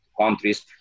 countries